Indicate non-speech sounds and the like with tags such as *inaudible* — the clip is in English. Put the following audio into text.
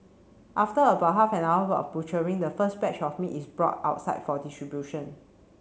after about half an hour *unintelligible* butchering the first batch of meat is brought outside for distribution